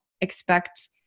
expect